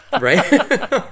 right